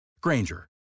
Granger